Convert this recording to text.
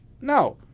No